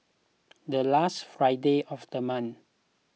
the last Friday of the month